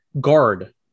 guard